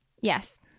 Yes